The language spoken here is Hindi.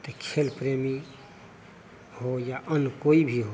तो खेल प्रेमी हो या अन्य कोई भी हो